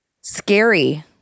scary